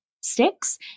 sticks